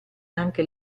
anche